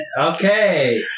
Okay